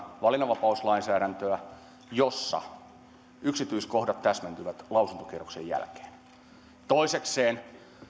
valinnanvapauslainsäädäntöä jossa yksityiskohdat täsmentyvät lausuntokierroksen jälkeen toisekseen